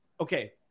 okay